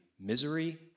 misery